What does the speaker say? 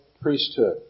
priesthood